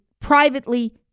privately